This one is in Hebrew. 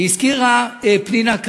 פנינה,